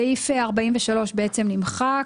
סעיף 43 בעצם נמחק.